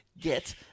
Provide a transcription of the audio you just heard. get